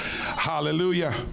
hallelujah